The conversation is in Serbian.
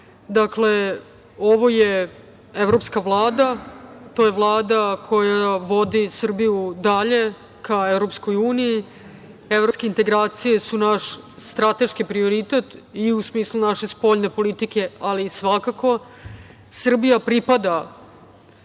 vama. Ovo je evropska Vlada, to je Vlada koja vodi Srbiju dalje ka EU. Evropske integracije su naš strateški prioritet i u smislu naše spoljne politike, ali i svakako. Srbija pripada